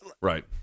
Right